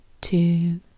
two